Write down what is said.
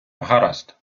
гаразд